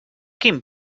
quin